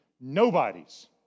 Nobody's